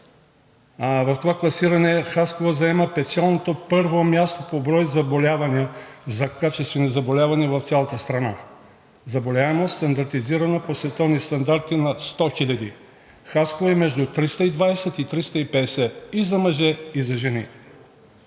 В това класиране Хасково заема печалното първо място по брой злокачествени заболявания в цялата страна – заболеваемост, стандартизирана по световни стандарти над 100 хиляди. Хасково е между 320 и 350 – и за мъже, и за жени.